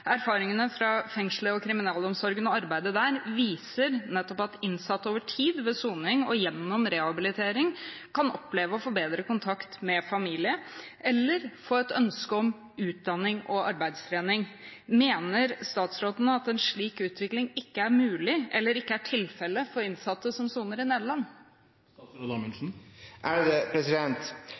Erfaringene fra fengslene og kriminalomsorgens arbeid viser nettopp at innsatte over tid ved soning og gjennom rehabilitering kan oppleve å få bedre kontakt med familie, eller få et ønske om utdanning og arbeidstrening. Mener statsråden at en slik utvikling ikke er mulig, eller ikke er tilfellet, for innsatte som soner i Nederland?